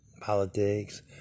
Politics